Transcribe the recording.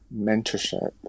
mentorship